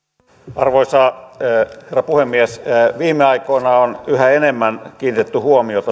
arvoisa herra puhemies viime aikoina on yhä enemmän kiinnitetty huomiota